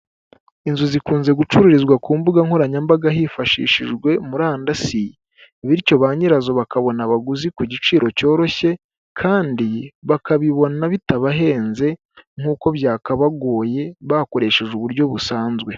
inzu zikunze gucururizwa ku mbuga nkoranyambaga hifashishijwe murandasi bityo ba nyirazo bakabona abaguzi ku giciro cyoroshye kandi bakabibona bitabahenze nk'uko byakabagoye bakoresheje uburyo busanzwe.